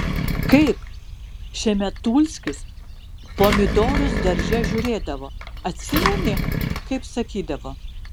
kaip šemetulskis pomidorus darže žiūrėdavo atsimeni kaip sakydavo